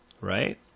right